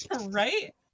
right